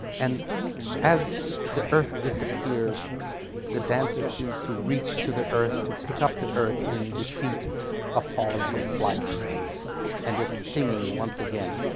and as the earth disappears the dancer seems to reach to the earth to pick up the earth in defeat of falling from flight and it's stinging once again.